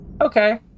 Okay